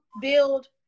build